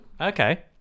Okay